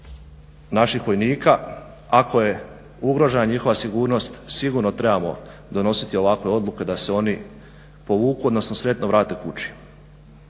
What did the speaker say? naših vojnika. Ako je ugrožena njihova sigurnost sigurno trebamo donositi ovakve odluke da se oni povuku, odnosno sretno vrate kući.